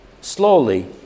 Slowly